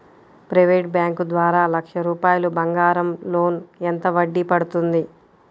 Private bank ద్వారా లక్ష రూపాయలు బంగారం లోన్ ఎంత వడ్డీ పడుతుంది?